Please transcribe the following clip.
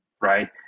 right